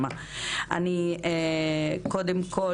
אני קודם כל